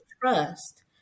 trust